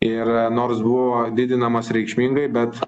ir nors buvo didinamas reikšmingai bet